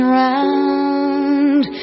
round